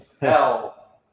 Hell